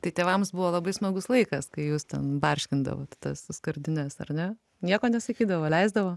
tai tėvams buvo labai smagus laikas kai jus ten barškindavot tas skardines ar ne nieko nesakydavo leisdavo